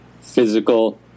physical